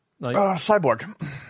Cyborg